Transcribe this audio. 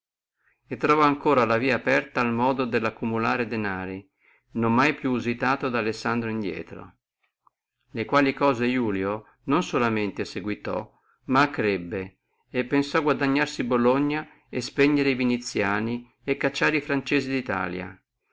e trovò ancora la via aperta al modo dello accumulare danari non mai più usitato da alessandro indrieto le quali cose iulio non solum seguitò ma accrebbe e pensò a guadagnarsi bologna e spegnere e viniziani et a cacciare franzesi di italia